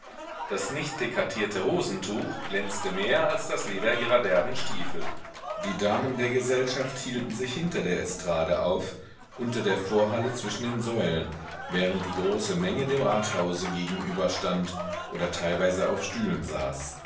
das nicht dekatierte hosentuch glänzte mehr als das leder ihrer derben stiefel die damen der gesellschaft hielten sich hinter der estrade auf unter der vorhalle zwischen den säulen während die große menge dem rathause gegenüber stand oder teilweise auf stühlen saß